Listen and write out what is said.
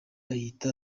ayita